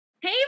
Hey